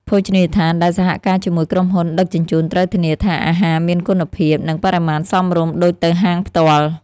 ភោជនីយដ្ឋានដែលសហការជាមួយក្រុមហ៊ុនដឹកជញ្ជូនត្រូវធានាថា អាហារមានគុណភាព និងបរិមាណសមរម្យដូចទៅហាងផ្ទាល់។